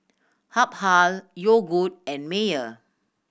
Habhal Yogood and Mayer